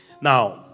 Now